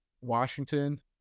Washington